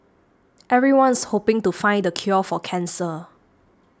everyone's hoping to find the cure for cancer